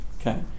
Okay